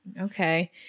Okay